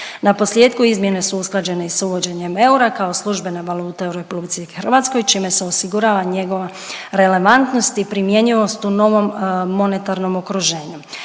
Na posljetku izmjene su usklađene i s uvođenjem eura kao službene valute u RH čime se osigurava njegova relevantnost i primjenjivost u novom monetarnom okruženju.